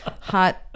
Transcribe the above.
hot